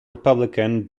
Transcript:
republican